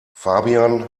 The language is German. fabian